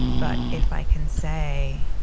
but if i can say,